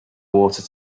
water